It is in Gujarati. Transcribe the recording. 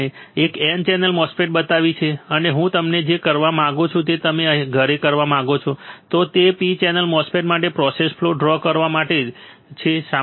મેં તમને એક N ચેનલ MOSFET બતાવી છે અને હું તમને જે કરવા માંગુ છું તે તમે ઘરે કરવા માંગો છો તે P ચેનલ MOSFET માટે પ્રોસેસ ફ્લો ડ્રો કરવા માટે છે